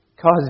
cause